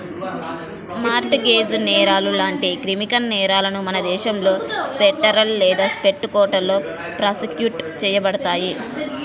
mart gauge నేరాలు లాంటి criminal నేరాలను మన దేశంలో ఫెడరల్ లేదా స్టేట్ కోర్టులో ప్రాసిక్యూట్ చేయబడతాయి